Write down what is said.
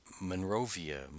Monrovia